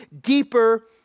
deeper